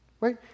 Right